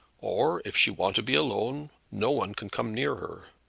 or, if she want to be alone, no one can come near her.